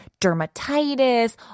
dermatitis